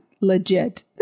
Legit